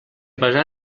pesar